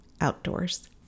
outdoors